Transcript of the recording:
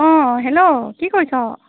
অঁ হেল্ল' কি কৰিছ